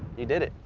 you did it.